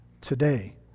today